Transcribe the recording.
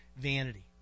vanity